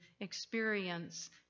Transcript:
experience